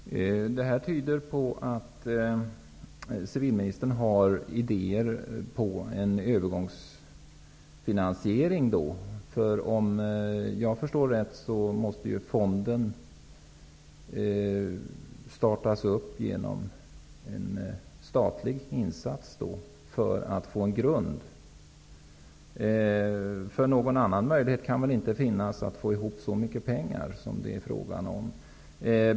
Fru talman! Det här tyder på att civilministern har idéer om en övergångsfinansiering. Om jag förstår detta rätt måste ju fonden startas genom en statlig insats för att få en grund. Någon annan möjlighet kan väl inte finnas att få ihop så mycket pengar som det är fråga om?